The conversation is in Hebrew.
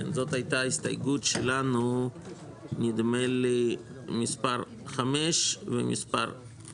זאת הייתה הסתייגות שלנו נדמה לי מספר 5 ומספר,